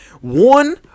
One